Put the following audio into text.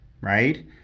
right